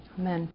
Amen